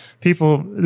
People